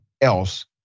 else